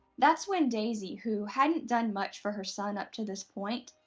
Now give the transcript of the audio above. that's when daisie, who hadn't done much for her son up to this point,